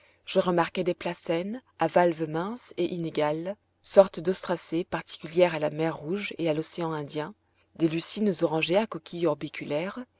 je remarquai des placènes à valves minces et inégales sortes d'ostracées particulières à la mer rouge et à l'océan indien des lucines orangées à coquille